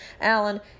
Alan